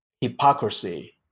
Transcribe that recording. hypocrisy